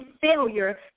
failure